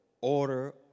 order